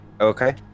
Okay